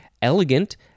Elegant